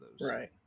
Right